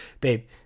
babe